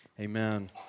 Amen